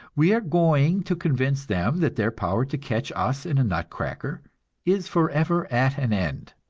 we are going to convince them that their power to catch us in a nut-cracker is forever at an end.